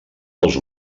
dels